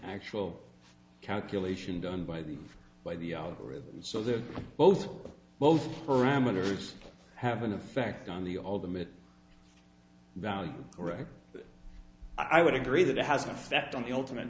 actual calculation done by the by the algorithm so that both both parameters have an effect on the ultimate value correct i would agree that it has an effect on the ultimate